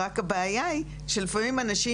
רק הבעיה היא שלפעמים אנשים,